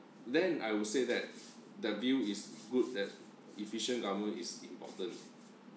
then I would say that the view is good that efficient government is important